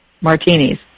martinis